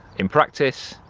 in practice.